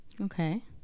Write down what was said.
Okay